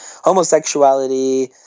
homosexuality